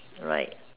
alright